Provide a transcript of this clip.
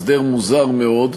הסדר מוזר מאוד,